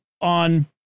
on